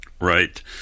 Right